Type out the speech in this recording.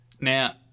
Now